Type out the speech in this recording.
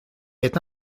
est